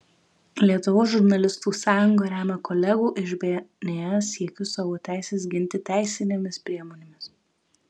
lietuvos žurnalistų sąjunga remia kolegų iš bns siekius savo teises ginti teisinėmis priemonėmis